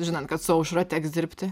žinant kad su aušra teks dirbti